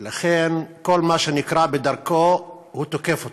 ולכן, כל מה שנקרה בדרכו, הוא תוקף אותו,